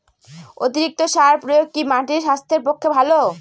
অতিরিক্ত সার প্রয়োগ কি মাটির স্বাস্থ্যের পক্ষে ভালো?